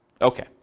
Okay